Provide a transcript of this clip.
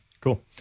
cool